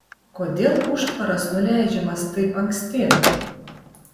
kodėl užtvaras nuleidžiamas taip anksti